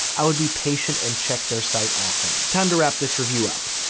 i would be patient and check their site often. time to wrap this review up.